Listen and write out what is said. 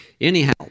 Anyhow